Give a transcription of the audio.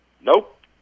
nope